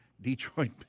Detroit